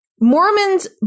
Mormons